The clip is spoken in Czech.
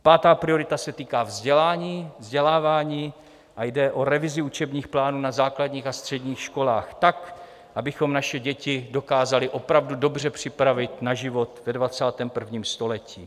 Pátá priorita se týká vzdělání, vzdělávání a jde o revizi učebních plánů na základních a středních školách tak, abychom naše děti dokázali opravdu dobře připravit na život ve 21. století.